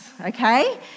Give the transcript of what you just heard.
okay